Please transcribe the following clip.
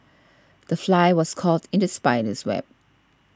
the fly was caught in the spider's web